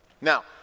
Now